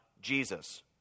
jesus